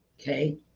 okay